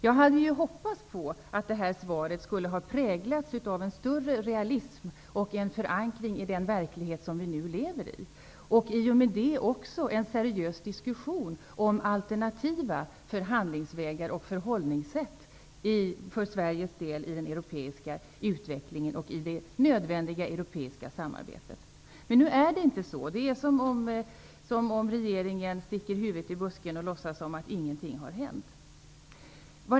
Jag hade hoppats på att det här svaret skulle präglas av en större realism och en förankring i den verklighet som vi nu lever i, och därmed också av en seriös diskussion om alternativa förhandlingsvägar och förhållningssätt för Sveriges del i den europeiska utvecklingen och i det nödvändiga europeiska samarbetet. Men nu är det inte så. Det är som om regeringen sticker huvudet i busken och låtsas som om ingenting har hänt.